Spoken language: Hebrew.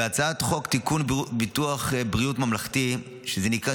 הצעת חוק ביטוח בריאות ממלכתי (תיקון,